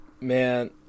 Man